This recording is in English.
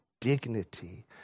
dignity